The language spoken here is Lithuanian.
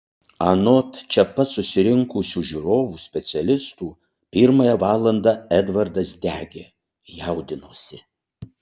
anot čia pat susirinkusių žiūrovų specialistų pirmąją valandą edvardas degė jaudinosi